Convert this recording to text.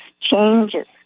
changes